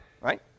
right